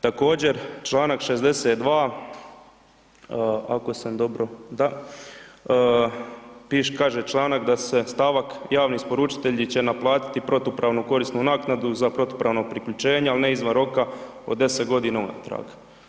Također čl. 62. ako sam dobro, da, piše, kaže članak da se stavak, javni isporučitelji će naplatiti protupravnu korisnu naknadu za protupravno priključenje, ali ne izvan roka od 10.g. unatrag.